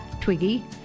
Twiggy